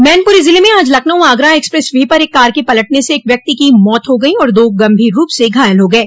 मैनपुरी जिले में आज लखनऊ आगरा एक्सप्रेस वे पर एक कार के पलटने से एक व्यक्ति की मौत हो गई और दो गंभीर रूप से घायल हो गये